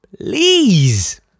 Please